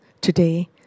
today